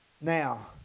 Now